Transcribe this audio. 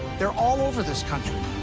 they're all over this country.